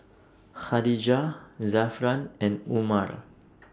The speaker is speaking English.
Khatijah Zafran and Umar